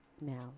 Now